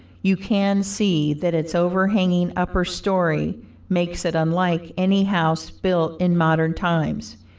you can see that its overhanging upper story makes it unlike any house built in modern times.